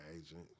agent